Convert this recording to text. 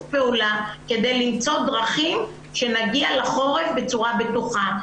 פעולה כדי למצוא דרכים שנגיע לחורף בצורה בטוחה.